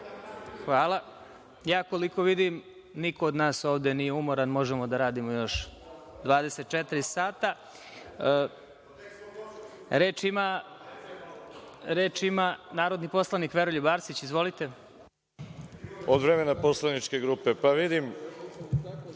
Hvala. Ja koliko vidim, niko od nas ovde nije umoran, možemo da radimo još 24 sata. Reč ima narodni poslanik Veroljub Arsić. Izvolite. **Veroljub Arsić** Od vremena poslaničke grupe. Pa, vidim